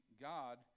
God